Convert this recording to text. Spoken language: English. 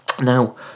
Now